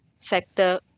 sector